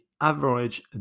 average